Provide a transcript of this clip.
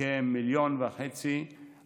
כ-1.5 מיליון